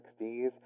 1960s